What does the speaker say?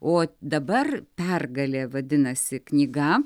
o dabar pergalė vadinasi knyga